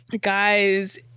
guys